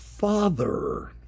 Father